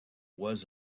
was